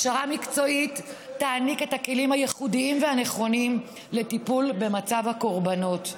הכשרה מקצועית תעניק את הכלים הייחודיים והנכונים לטיפול במצב הקרבנות.